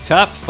Top